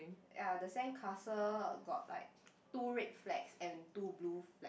ya the sandcastle got like two red flags and two blue flag